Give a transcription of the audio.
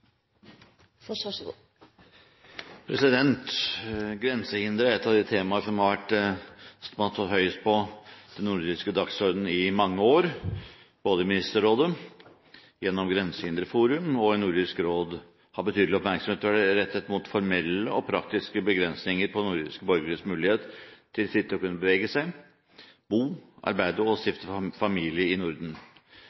et av de temaer som har stått høyest på den nordiske dagsordenen i mange år. Både i Ministerrådet, gjennom Grensehinderforum og i Nordisk råd har man betydelig oppmerksomhet rettet mot formelle og praktiske begrensninger på nordiske borgeres mulighet til fritt å kunne bevege seg, bo, arbeide og